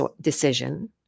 decision